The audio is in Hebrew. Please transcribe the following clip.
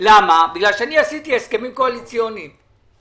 אני עשיתי הסכמים קואליציוניים